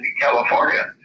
California